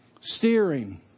Steering